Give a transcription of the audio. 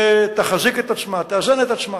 תחזיק את עצמה, תאזן את עצמה.